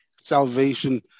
salvation